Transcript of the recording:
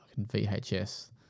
VHS